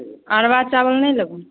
अरबा चाबल नहि लेबहो